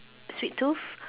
sweet tooth